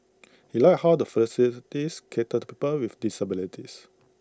he liked how the facilities cater to people with disabilities